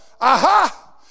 aha